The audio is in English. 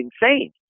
insane